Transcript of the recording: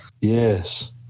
Yes